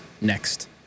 next